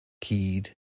keyed